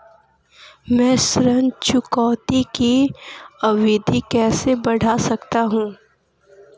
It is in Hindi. मैं ऋण चुकौती की अवधि कैसे बढ़ा सकता हूं?